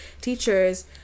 teachers